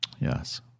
Yes